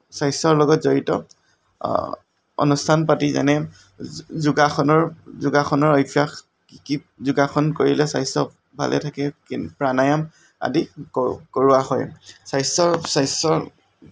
স্বাস্থ্যৰ লগত জড়িত অনুস্থান পাতি যেনে যোগাসনৰ অভ্যাস কি কি যোগাসন কৰিলে স্বাস্থ্য ভালে থাকে প্ৰানায়মআদি কৰোৱা হয় স্বাস্থ্যৰ